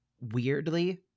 Weirdly